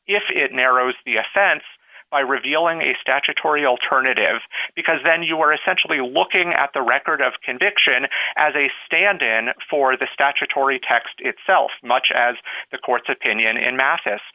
if it narrows the offense by revealing a statutory alternative because then you are essentially looking at the record of conviction as a stand in for the statutory text itself much as the court's opinion in math